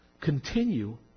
continue